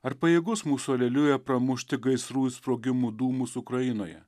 ar pajėgus mūsų aleliuja pramušti gaisrų ir sprogimų dūmus ukrainoje